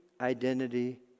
identity